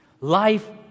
Life